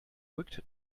rückt